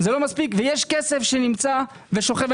יש כסף שנמצא ושוכב.